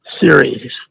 series